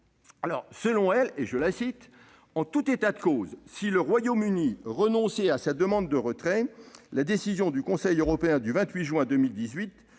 poli. Selon elle :« En tout état de cause, si le Royaume-Uni renonçait à sa demande de retrait, la décision du Conseil européen du 28 juin 2018